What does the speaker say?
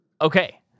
Okay